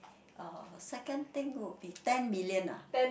uh second thing would be ten million ah